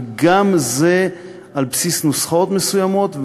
וגם זה על בסיס נוסחאות מסוימות,